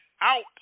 out